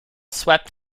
swept